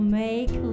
make